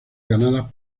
ganadas